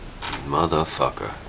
Motherfucker